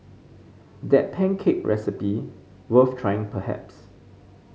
that pancake recipe worth trying perhaps